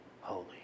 Holy